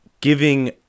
giving